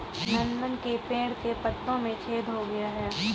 नंदन के पेड़ के पत्तों में छेद हो गया है